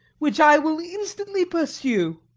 which i will instantly pursue.